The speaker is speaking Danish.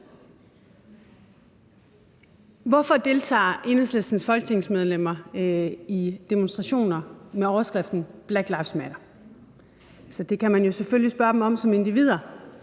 Hvorfor deltager Enhedslistens folketingsmedlemmer i demonstrationer med overskriften »Black lives matter«? Det kan man selvfølgelig spørge dem om som individer.